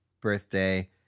birthday